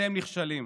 אתם נכשלים.